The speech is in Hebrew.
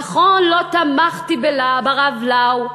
נכון, לא תמכתי ברב לאו,